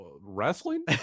wrestling